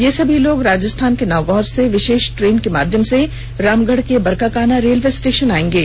ये सभी लोग राजस्थान के नागौर से विशेष ट्रेन के माध्यम से रामगढ़ के बरकाकाना रेलवे स्टेशन आएंगे